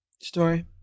story